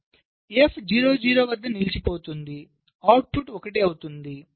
F 0 0 వద్ద నిలిచిపోతుంది output 1 అవుతుంది